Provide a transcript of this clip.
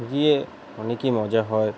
দিয়ে অনেকই মজা হয়